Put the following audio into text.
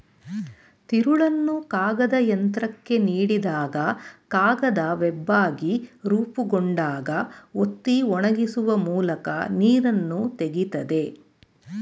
ತಿರುಳನ್ನು ಕಾಗದಯಂತ್ರಕ್ಕೆ ನೀಡಿದಾಗ ಕಾಗದ ವೆಬ್ಬಾಗಿ ರೂಪುಗೊಂಡಾಗ ಒತ್ತಿ ಒಣಗಿಸುವ ಮೂಲಕ ನೀರನ್ನು ತೆಗಿತದೆ